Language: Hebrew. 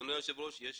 אדוני היושב ראש, יש